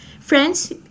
friends